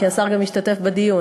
כי השר השתתף בדיון.